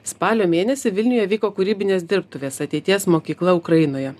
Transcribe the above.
spalio mėnesį vilniuje vyko kūrybinės dirbtuvės ateities mokykla ukrainoje